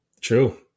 True